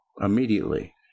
immediately